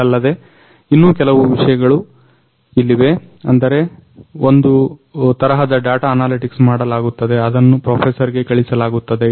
ಇದಲ್ಲದೆ ಇನ್ನೂ ಕೆಲವು ವಿಷಯಗಳು ಇಲ್ಲಿವೆ ಅಂದರೆ ಒಂದು ತರಹದ ಡಾಟಾ ಅನಾಲಿಟಿಕ್ಸ್ ಮಾಡಲಾಗುತ್ತದೆ ಅದನ್ನ ಪ್ರೊಫೆಸರ್ ಗೆ ಕಳುಹಿಸಲಾಗುತ್ತದೆ